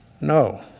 no